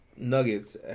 nuggets